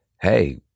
hey